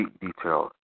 details